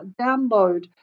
download